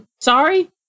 Sorry